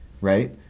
right